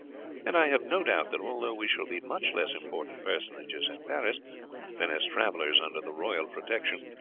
and i have no doubt that although we shall be much less important personages at paris than as travellers under the royal protection,